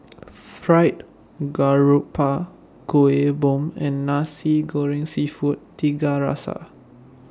Fried Garoupa Kueh Bom and Nasi Goreng Seafood Tiga Rasa